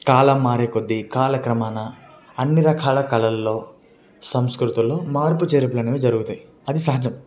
కాలం మారేకొద్ది కాలక్రమేణ అన్నీ రకాల కళల్లో సంస్కృతుల్లో మార్పుచేర్పులనేవి జరుగుతాయి అది సహజం